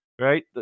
right